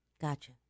gotcha